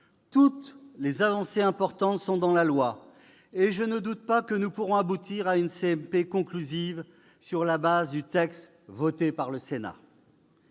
Toutes les avancées importantes figurent dans le projet de loi, et je ne doute pas que nous pourrons aboutir à une CMP conclusive sur la base du texte voté par le Sénat.